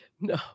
No